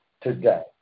today